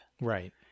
right